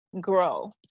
grow